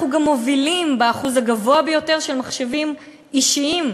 אנחנו גם מובילים באחוז הגבוה ביותר של מחשבים אישיים.